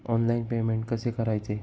Online payment कसे करायचे?